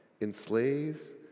enslaves